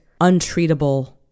untreatable